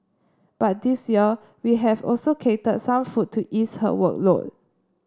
but this year we have also catered some food to ease her workload